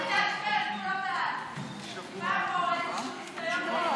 התשפ"א 2021, לא נתקבלה.